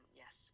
yes